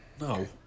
No